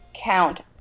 count